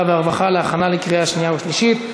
והרווחה להכנה לקריאה שנייה ושלישית.